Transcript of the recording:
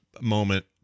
moment